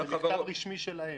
זה מכתב רשמי שלהם.